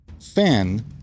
fan